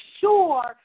sure